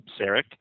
Sarek